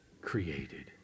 created